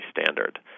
standard